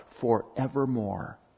forevermore